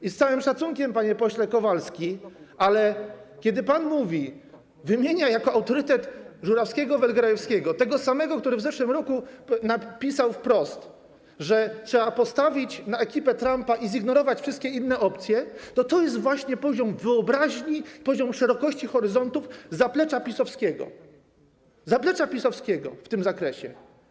I z całym szacunkiem, panie pośle Kowalski, ale kiedy pan wymienia jako autorytet Żurawskiego vel Grajewskiego, tego samego, który w zeszłym roku napisał wprost, że trzeba postawić na ekipę Trumpa i zignorować wszystkie inne opcje, to jest to właśnie poziom wyobraźni, szerokość horyzontów zaplecza PiS-owskiego w tym zakresie.